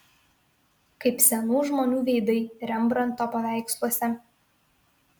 kaip senų žmonių veidai rembrandto paveiksluose